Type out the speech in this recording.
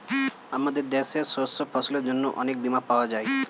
আমাদের দেশে শস্য ফসলের জন্য অনেক বীমা পাওয়া যায়